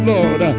Lord